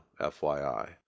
fyi